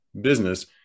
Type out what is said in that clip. business